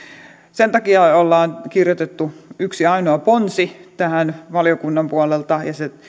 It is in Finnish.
sen takia ollaan kirjoitettu yksi ainoa ponsi tähän valiokunnan puolelta ja se